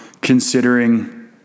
considering